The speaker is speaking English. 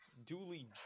duly